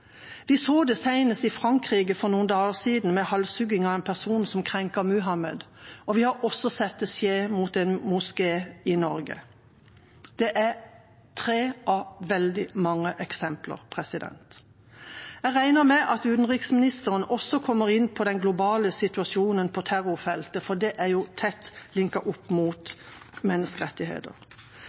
Vi så det senest i Frankrike for noen dager siden, med halshuggingen av en person som hadde krenket Muhammed. Vi har også sett det skje mot en moské i Norge. Det er tre av veldig mange eksempler. Jeg regner med at utenriksministeren også kommer inn på den globale situasjonen på terrorfeltet, for det er jo tett